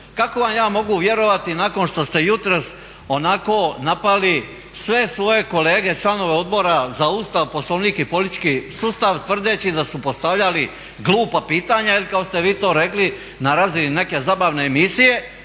kako vam ja mogu vjerovati nakon što ste jutros onako napali sve svoje kolege članove Odbora za Ustav, Poslovnik i politički sustav tvrdeći da su postavljali glupa pitanja ili kako ste vi to rekli na razini neke zabavne emisije.